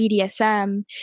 BDSM